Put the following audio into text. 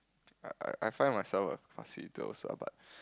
I I I find myself a fussy eater also ah but